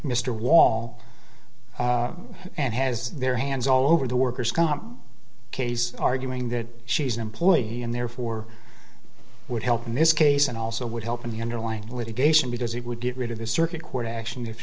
mr wall and has their hands all over the worker's comp case arguing that she's an employee and therefore would help in this case and also would help in the underlying litigation because it would get rid of the circuit court action if